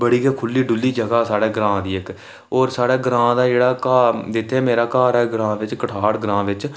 बड़ी गै खुह्ल्ली डुह्ल्ली जगह् साढ़े ग्रांऽ दी इक होर साढ़े ग्रां दा जेह्ड़ा घर जित्थै मेरा घर ऐ ग्रां बिच एह् इत्थै कठाड़ ग्रांऽ बिच